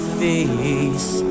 face